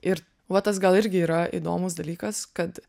ir va tas gal irgi yra įdomus dalykas kad